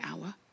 hour